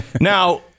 Now